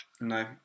No